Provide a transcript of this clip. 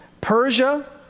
Persia